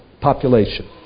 population